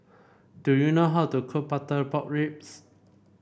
do you know how to cook Butter Pork Ribs